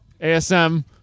ASM